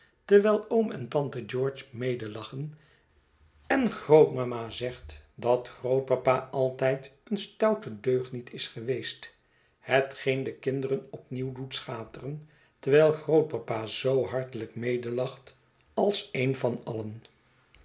terwijl oom en tante george medelachen en grootmama zegt dat grootpapa altijd een stoute deugniet is geweest hetgeen de kinderen opnieuw doet schateren terwijl grootpapa zoo hartelijk medelacht als een van alien